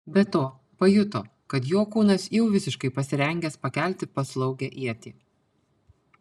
be to pajuto kad jo kūnas jau visiškai pasirengęs pakelti paslaugią ietį